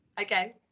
Okay